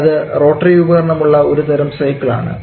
അതു റോട്ടറി ഉപകരണം ഉള്ള ഒരുതരം സൈക്കിൾ ആണ്